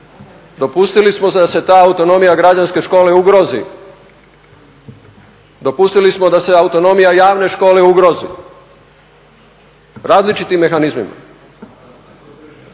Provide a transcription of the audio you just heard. Dopustili smo da se ta autonomija građanske škole ugrozi, dopustili smo da se autonomija javne škole ugrozi različitim mehanizmima.